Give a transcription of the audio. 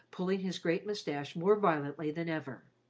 pulling his great moustache more violently than ever.